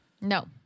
No